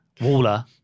Waller